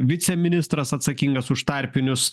viceministras atsakingas už tarpinius